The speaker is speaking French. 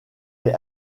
est